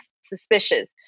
suspicious